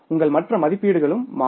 உங்கள் மற்ற மதிப்பீடுகளும் மாறும்